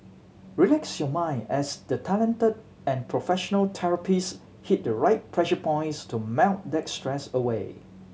relax your mind as the talented and professional therapist hit the right pressure points to melt that stress away